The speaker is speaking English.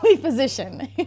physician